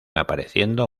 apareciendo